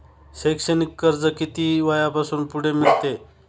शैक्षणिक कर्ज किती वयापासून पुढे मिळते?